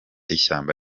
ishyamba